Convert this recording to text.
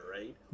right